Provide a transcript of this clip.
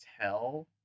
tell